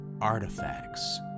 Artifacts